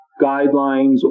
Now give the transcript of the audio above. guidelines